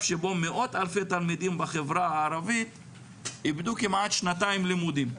שבו מאות אלפי תלמידים בחברה הערבית איבדו כמעט שנתיים לימודים.